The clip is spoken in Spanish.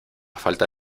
falta